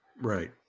Right